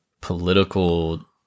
political